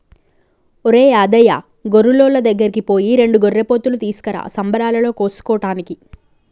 ఒరేయ్ యాదయ్య గొర్రులోళ్ళ దగ్గరికి పోయి రెండు గొర్రెపోతులు తీసుకురా సంబరాలలో కోసుకోటానికి